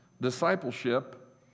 discipleship